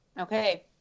Okay